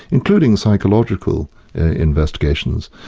including psychological investigations,